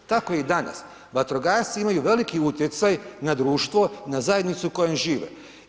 Tako i danas, vatrogasci imaju veliki utjecaj na društvo, na zajednicu u kojoj žive.